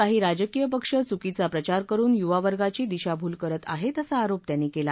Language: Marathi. काही राजकीय पक्ष चुकीचा प्रचार करुन युवावर्गाची दिशाभूल करत आहेत असा आरोप त्यांनी केला